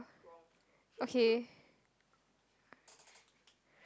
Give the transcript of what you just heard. okay